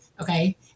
Okay